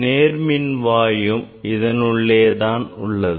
நேர்மின்வாயும் இதனுள்ளேயே உள்ளது